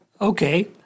Okay